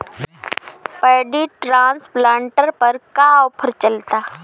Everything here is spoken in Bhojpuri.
पैडी ट्रांसप्लांटर पर का आफर चलता?